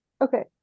Okay